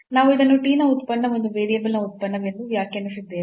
ನಾವು ಇದನ್ನು t ನ ಉತ್ಪನ್ನ ಒಂದು ವೇರಿಯಬಲ್ನ ಉತ್ಪನ್ನ ಎಂದು ವ್ಯಾಖ್ಯಾನಿಸಿದ್ದೇವೆ